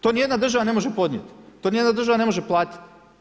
To ni jedna država ne može podnijeti, to ni jedna država ne može platiti.